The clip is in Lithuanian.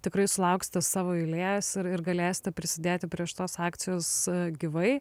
tikrai sulauksite savo eilės ir ir galėsite prisidėti prie šitos akcijos gyvai